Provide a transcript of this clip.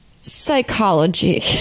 psychology